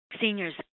seniors